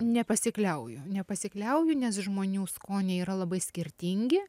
nepasikliauju nepasikliauju nes žmonių skoniai yra labai skirtingi